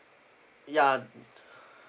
ya